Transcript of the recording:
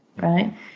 right